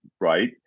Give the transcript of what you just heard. Right